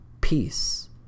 peace